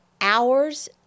hours